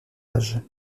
âges